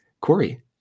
Corey